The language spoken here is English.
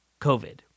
COVID